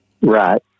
Right